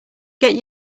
get